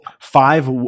five